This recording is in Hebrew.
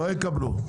לא יקבלו.